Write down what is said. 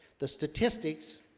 the statistics